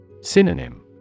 Synonym